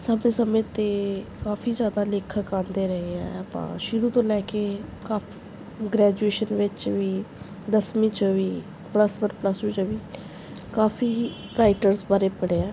ਸਮੇਂ ਸਮੇਂ 'ਤੇ ਕਾਫ਼ੀ ਜ਼ਿਆਦਾ ਲੇਖਕ ਆਉਂਦੇ ਰਹੇ ਹੈ ਆਪਾਂ ਸ਼ੁਰੂ ਤੋਂ ਲੈ ਕੇ ਕਾ ਗਰੈਜੂਏਸ਼ਨ ਵਿੱਚ ਵੀ ਦਸਵੀਂ 'ਚ ਵੀ ਪਲੱਸ ਵਨ ਪਲੱਸ ਟੂ 'ਚ ਵੀ ਕਾਫ਼ੀ ਰਾਈਟਰਸ ਬਾਰੇ ਪੜ੍ਹਿਆ